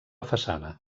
façana